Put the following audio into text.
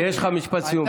יש לך משפט סיום.